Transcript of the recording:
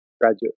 graduate